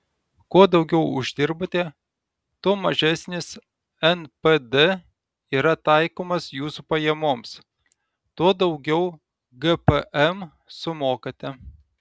kuo daugiau uždirbate tuo mažesnis npd yra taikomas jūsų pajamoms tuo daugiau gpm sumokate